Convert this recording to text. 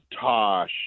tosh